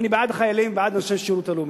אני בעד החיילים ובעד אנשי השירות הלאומי.